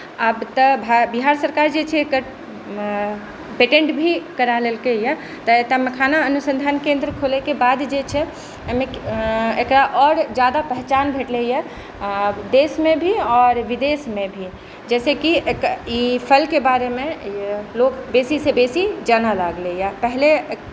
आब तऽ बिहार सरकार जे छै एकर पेटेन्ट भी करा लेलकै यऽ तऽ एतऽ मखाना अनुसन्धान केन्द्र खोलैके बाद जे छै एकरा आओर ज्यादा पहचान भेटलै यऽ आब देशमे भी आओर विदेशमे भी जाहि सँ कि ई फलके बारेमे लोक बेसी सँ बेसी जानऽ लागलैया पहिले